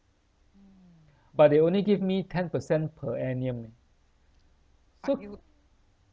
but they only give me ten percent per annum eh so